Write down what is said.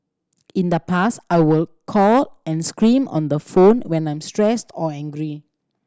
in the past I will call and scream on the phone when I'm stressed or angry